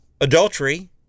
adultery